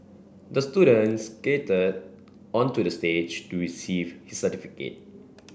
the student skated onto the stage to receive his certificate